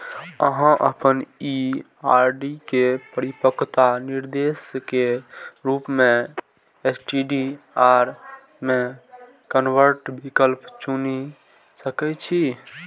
अहां अपन ई आर.डी के परिपक्वता निर्देश के रूप मे एस.टी.डी.आर मे कन्वर्ट विकल्प चुनि सकै छी